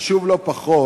וחשוב לא פחות,